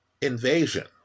invasion